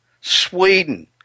Sweden